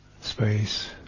space